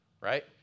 right